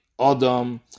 Adam